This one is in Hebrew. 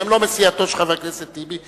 שהם לא מסיעתו של חבר הכנסת טיבי,